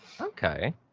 Okay